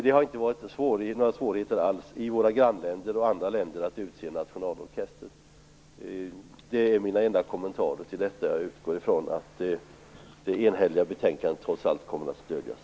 Det har inte varit några svårigheter i våra grannländer och andra länder att utse en nationalorkester. Det är mina enda kommentarer till detta. Jag utgår ifrån att det enhälliga betänkandet trots allt kommer att stödjas.